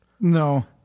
No